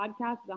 podcast